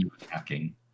attacking